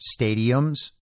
stadiums